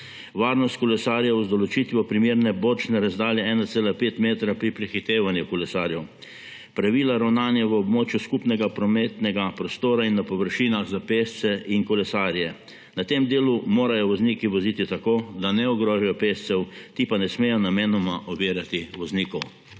varnost kolesarjev z določitvijo primerne bočne razdalje 1,5 metra pri prehitevanju kolesarjev: pravila ravnanja v območju skupnega prometnega prostora in na površinah za pešce in kolesarje, na tem delu morajo vozniki voziti tako, da ne ogrožajo pešcev, ti pa ne smejo namenoma ovirati voznikov;